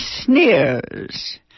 sneers